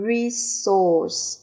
Resource